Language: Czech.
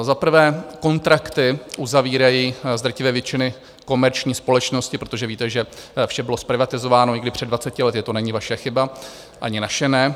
Za prvé kontrakty uzavírají z drtivé většiny komerční společnosti, protože víte, že vše bylo zprivatizováno už před dvaceti lety to není vaše chyba, ani naše ne.